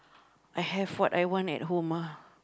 I have what I want at home ah